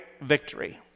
victory